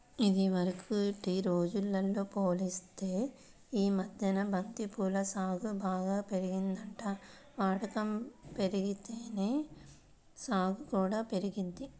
ఇదివరకటి రోజుల్తో పోలిత్తే యీ మద్దెన బంతి పూల సాగు బాగా పెరిగిందంట, వాడకం బెరిగితేనే సాగు కూడా పెరిగిద్ది